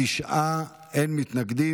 תשעה, אין מתנגדים.